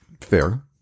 Fair